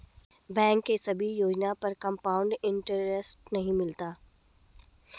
bank के सभी योजना पर कंपाउड इन्टरेस्ट नहीं मिलता है